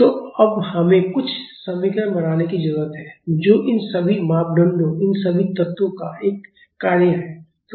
तो अब हमें कुछ समीकरण बनाने की जरूरत है जो इन सभी मापदंडों इन सभी तत्वों का एक कार्य है